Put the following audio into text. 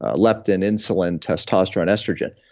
ah leptin, insulin, testosterone estrogen.